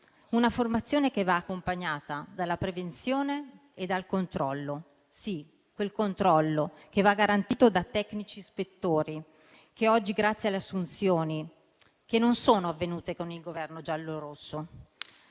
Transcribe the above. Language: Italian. che deve essere accompagnata dalla prevenzione e dal controllo; sì, quel controllo che va garantito da tecnici ispettori, grazie alle assunzioni che non sono avvenute con il Governo giallorosso